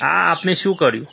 આ આપણે શું કર્યું છે